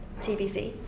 TBC